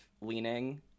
leaning